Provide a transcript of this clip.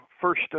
first